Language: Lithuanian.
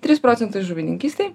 trys procentai žuvininkystei